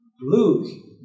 Luke